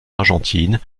argentine